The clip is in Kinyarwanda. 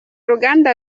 ruganda